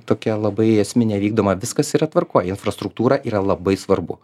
tokia labai esminė vykdoma viskas yra tvarkoj infrastruktūra yra labai svarbu